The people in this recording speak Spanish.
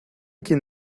quien